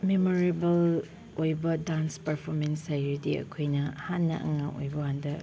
memorable ꯑꯣꯏꯕ dance performance ꯍꯥꯏꯔꯗꯤ ꯑꯩꯈꯣꯏꯅ ꯍꯥꯟꯅ ꯑꯉꯥꯡ ꯑꯣꯏꯕꯀꯥꯟꯗ